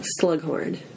Slughorn